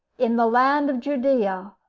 in the land of judea,